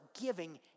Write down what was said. giving